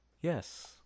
Yes